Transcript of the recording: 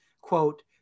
quote